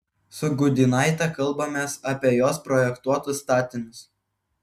su gudynaite kalbamės apie jos projektuotus statinius